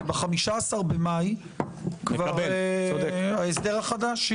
כי ב-15 במאי ההסדר החדש.